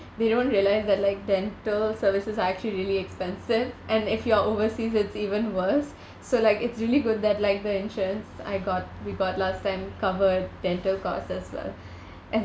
they don't realise that like dental services are actually really expensive and if you are overseas it's even worse so like it's really good that like the insurance I got we got last time covered dental costs lah and